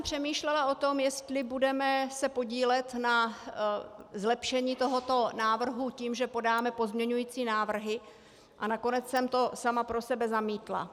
Přemýšlela jsem o tom, jestli se budeme podílet na zlepšení tohoto návrhu tím, že podáme pozměňující návrhy, a nakonec jsem to sama pro sebe zamítla.